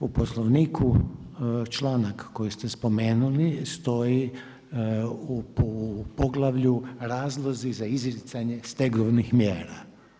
U Poslovniku članak koji ste spomenuli stoji u poglavlju razlozi za isticanje stegovnih mjera.